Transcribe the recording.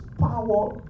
power